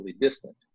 distant